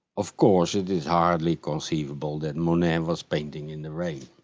of course it is hardly conceivable that monet was painting in the rain.